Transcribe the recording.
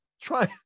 try